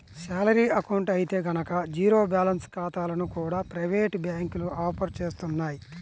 salary account అయితే గనక zero balance ఖాతాలను కూడా ప్రైవేటు బ్యాంకులు ఆఫర్ చేస్తున్నాయి